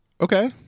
Okay